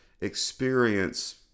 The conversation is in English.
experience